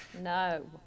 No